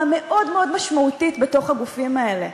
מאוד מאוד משמעותית בתוך הגופים האלה,